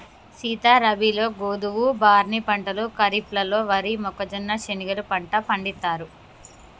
సీత రబీలో గోధువు, బార్నీ పంటలు ఖరిఫ్లలో వరి, మొక్కజొన్న, శనిగెలు పంట పండిత్తారు